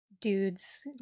dudes